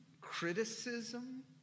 criticism